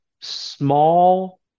small